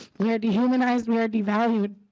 we are dehumanized we are devalued.